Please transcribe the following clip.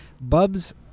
bubs